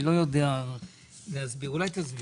שעשינו,